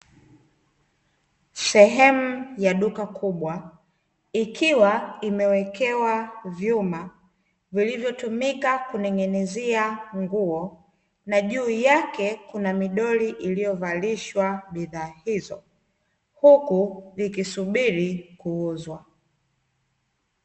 Sehemu ya duka kubwa ikiwa imewekewa vyuma vilivyotumika kuning'inizia nguo na juu yake kuna midoli iliyovalishwa bidha hio huku vikisubiri kuuzwa.